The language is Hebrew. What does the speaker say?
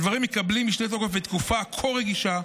הדברים מקבלים משנה תוקף בתקופה כה רגישה,